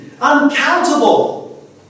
uncountable